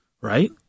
Right